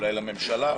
אולי לממשלה,